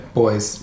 boys